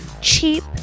cheap